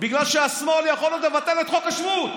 בגלל שהשמאל יכול עוד לבטל את חוק השבות.